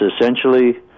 essentially